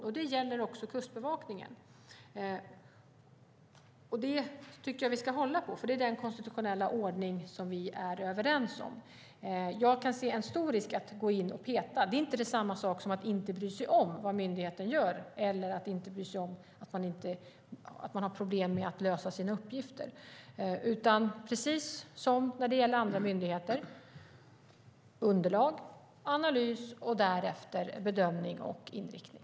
Vi ska hålla på detta eftersom det är den konstitutionella ordning vi är överens om. Jag kan se en stor risk med att gå in och peta. Det är inte samma sak som att inte bry sig om vad myndigheten gör eller att inte bry sig om att myndigheten har problem med att lösa sina uppgifter. Precis som för andra myndigheter är det fråga om att ta in underlag, göra en analys och därefter komma fram till en bedömning och inriktning.